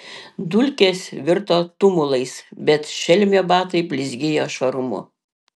dulkės virto tumulais bet šelmio batai blizgėjo švarumu